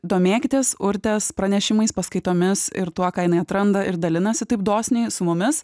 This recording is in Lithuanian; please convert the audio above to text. domėkitės urtės pranešimais paskaitomis ir tuo ką jinai atranda ir dalinasi taip dosniai su mumis